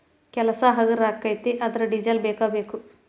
ಕೆಲಸಾ ಹಗರ ಅಕ್ಕತಿ ಆದರ ಡಿಸೆಲ್ ಬೇಕ ಬೇಕು